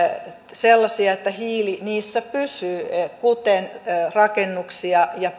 sellaisia että hiili niissä pysyy kuten rakennuksia ja